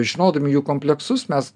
žinodami jų kompleksus mes